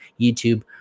YouTube